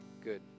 good